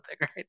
right